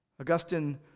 Augustine